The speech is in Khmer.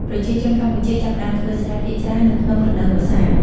ប្រជាជនកម្ពុជាចាប់ផ្តើមធ្វើស្រែភាគច្រើននៅក្នុងរដូវវស្សា។